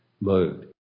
mode